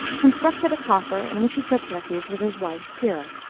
constructed a coffer, in which he took refuge with his wife, pyrrha.